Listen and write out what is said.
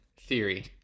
theory